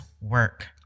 work